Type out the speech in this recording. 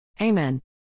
Amen